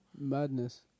Madness